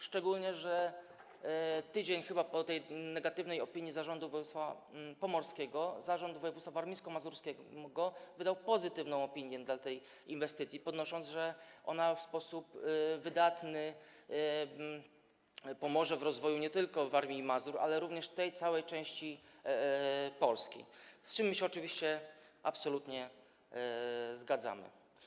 Szczególnie że chyba tydzień po tej negatywnej opinii Zarządu Województwa Pomorskiego Zarząd Województwa Warmińsko-Mazurskiego wydał pozytywną opinię dla tej inwestycji, podnosząc, że ona w sposób wydatny pomoże w rozwoju nie tylko Warmii i Mazur, ale również całej tej części Polski, z czym my się oczywiście absolutnie zgadzamy.